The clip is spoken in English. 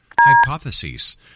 hypotheses